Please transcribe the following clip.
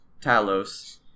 Talos